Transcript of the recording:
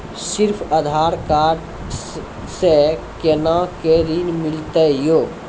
सिर्फ आधार कार्ड से कोना के ऋण मिलते यो?